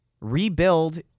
rebuild